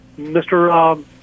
Mr